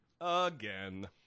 Again